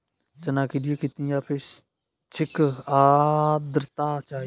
चना के लिए कितनी आपेक्षिक आद्रता चाहिए?